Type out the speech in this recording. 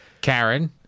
karen